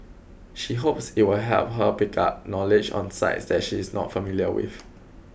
she hopes it will help her pick up knowledge on sites that she is not familiar with